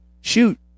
shoot